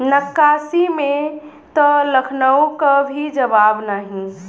नक्काशी में त लखनऊ क भी जवाब नाही